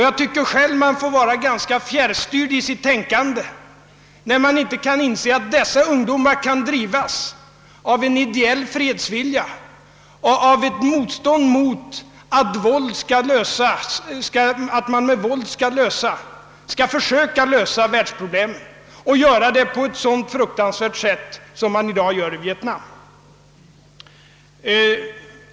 Jag tycker också att man själv bör vara ganska fjärr styrd i sitt tänkande, när man inte kan inse att dessa ungdomar kan drivas av en ideell fredsvilja och en önskan att ta avstånd från uppfattningen att man med våld skall försöka lösa världsproblemen — och att göra det på ett så fruktansvärt sätt som man i dag gör i Vietnam!